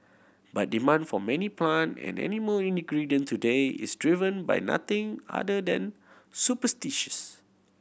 but demand for many plant and animal ingredient today is driven by nothing other than superstitions